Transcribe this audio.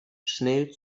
schnell